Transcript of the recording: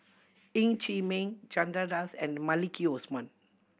Ng Chee Meng Chandra Das and Maliki Osman